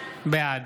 בעד